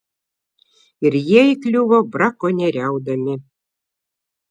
ir jie įkliuvo brakonieriaudami